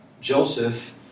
Joseph